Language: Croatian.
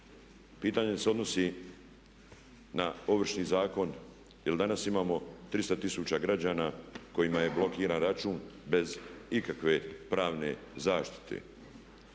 Pitanje se odnosi na Ovršni zakon jer danas imamo 300 tisuća građana kojima je blokiran račun bez ikakve pravne zaštite.